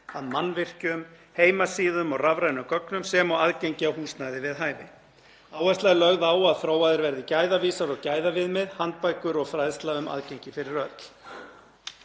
að mannvirkjum, heimasíðum og rafrænum gögnum, sem og aðgengi að húsnæði við hæfi. Áhersla er lögð á að þróaðir verði gæðavísar og gæðaviðmið, handbækur og fræðsla um aðgengi fyrir öll.